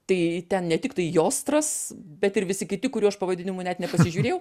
tai ten ne tiktai jostras bet ir visi kiti kurių aš pavadinimų net nepasižiūrėjau